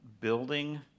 building